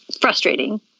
frustrating